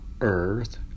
earth